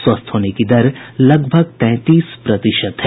स्वस्थ होने की दर लगभग तैंतीस प्रतिशत है